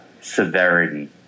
severity